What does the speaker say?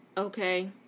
okay